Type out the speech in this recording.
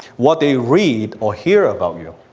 what they read or hear about you.